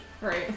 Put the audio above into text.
right